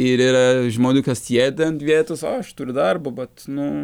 ir žmonių kad sėdi ant vietos o aš turiu darbą vat nu